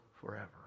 forever